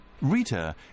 Rita